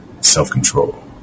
self-control